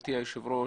גברתי היושבת-ראש,